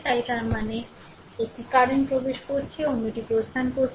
তাই তার মানে একটি কারেন্ট প্রবেশ করছে অন্যটি প্রস্থান করছে